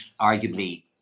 arguably